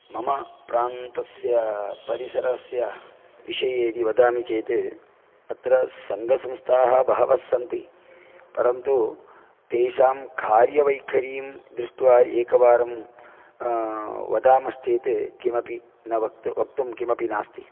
मम प्रान्तस्य परिसरस्य विषये यदि वदामि चेत् अत्र सङ्गसंस्थाः बहवः सन्ति परन्तु तेषां कार्यवैखरीं दृष्ट्वा एकवारं वदामश्चेत् किमपि न वक्तु वक्तुं किमपि नास्ति